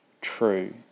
true